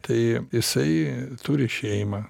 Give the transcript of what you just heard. tai jisai turi šeimą